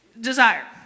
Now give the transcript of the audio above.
Desire